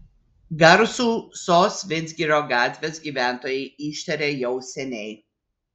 garsų sos vidzgirio gatvės gyventojai ištarė jau seniai